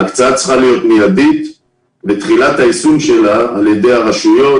ההקצאה צריכה להיות מידית ותחילת היישום שלה על ידי הרשויות,